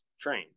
train